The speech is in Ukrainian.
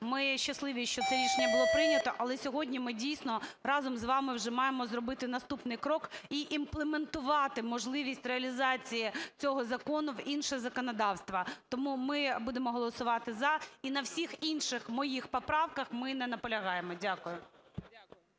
Ми щасливі, що це рішення було прийнято, але сьогодні ми дійсно разом з вами вже маємо зробити наступний крок і імплементувати можливість реалізації цього закону в інше законодавство. Тому ми будемо голосувати "за" і на всіх інших моїх поправках ми не наполягаємо. Дякую.